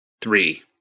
three